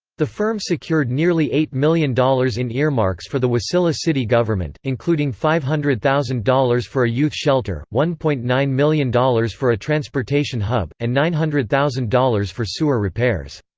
the firm secured nearly eight million dollars in earmarks for the wasilla city government, including five hundred thousand dollars for a youth shelter, one point nine million dollars for a transportation hub, and nine hundred thousand dollars for sewer repairs.